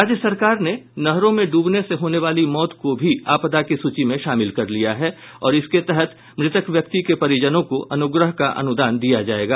राज्य सरकार ने नहरों में डूबने से होने वाली मौत को भी आपदा की सूची में शामिल कर लिया है और इसके तहत मृतक व्यक्ति के परिजनों को अनुग्रह अनुदान दिया जायेगा